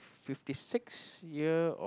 fifty six year of